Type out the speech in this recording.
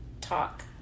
talk